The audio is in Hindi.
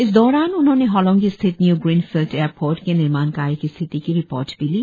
इस दौरान उन्होंने होलोंगी स्थित न्य् ग्रीण फिल्ड एयरपोर्ट के निर्माण कार्य के स्थिती की रिपोर्ट भी ली